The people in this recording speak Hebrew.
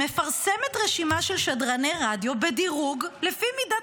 שמפרסמת רשימה של שדרני רדיו בדירוג לפי מידת